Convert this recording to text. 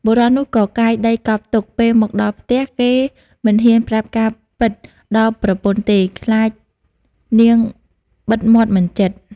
បុរសនោះក៏កាយដីកប់ទុក ពេលមកដល់ផ្ទះ គេមិនហ៊ានប្រាប់ការណ៍ពិតដល់ប្រពន្ធទេ ខ្លាចនាងបិទមាត់មិនជិត ។